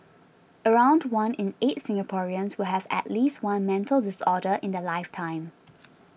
around one in eight Singaporeans will have at least one mental disorder in their lifetime